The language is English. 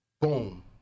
Boom